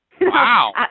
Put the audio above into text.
Wow